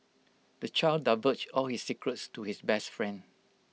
the child divulged all his secrets to his best friend